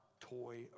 toy